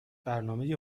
برنامه